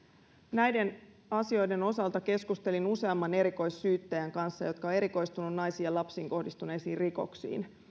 näiden asioiden osalta keskustelin useamman erikoissyyttäjän kanssa jotka ovat erikoistuneet naisiin ja lapsiin kohdistuneisiin rikoksiin